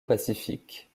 pacifique